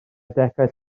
adegau